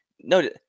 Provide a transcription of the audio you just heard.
no